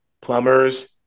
plumbers